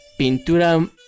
Pintura